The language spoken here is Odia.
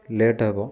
ଲେଟ୍ ହେବ